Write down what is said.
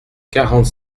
quarante